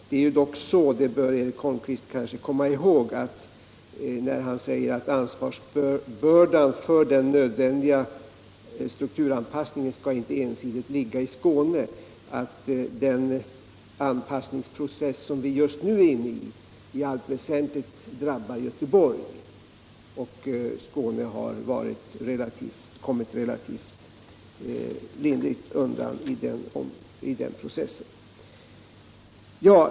Det är ju dock så — det bör Eric Holmqvist komma ihåg när han säger att ansvarsbördan för den nödvändiga strukturanpassningen inte ensidigt skall ligga i Skåne — att den anpassningsprocess som vi nu är inne i väsentligen drabbar Göteborg. Skåne har kommit relativt lindrigt undan i den processen.